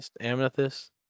amethyst